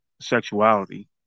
sexuality